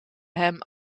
hem